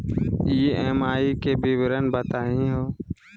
EMI के विवरण बताही हो?